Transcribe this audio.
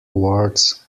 wards